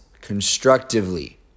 constructively